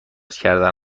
کردن